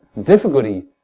difficulty